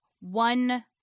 one